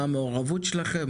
מה המעורבות שלכם,